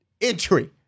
entry